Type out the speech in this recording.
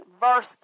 verse